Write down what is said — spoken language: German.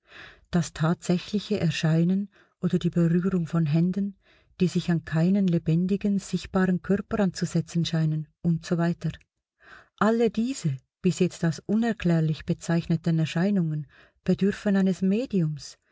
das tatsächliche erscheinen oder die berührung von händen die sich an keinen lebendigen sichtbaren körper anzusetzen scheinen usw alle diese bis jetzt als unerklärlich bezeichneten erscheinungen bedürfen eines mediums